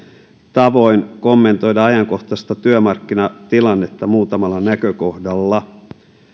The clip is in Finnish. tavoin kommentoida ajankohtaista työmarkkinatilannetta muutamalla näkökohdalla